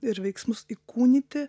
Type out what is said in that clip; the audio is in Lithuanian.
ir veiksmus įkūnyti